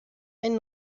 ein